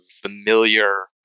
familiar